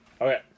Okay